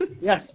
Yes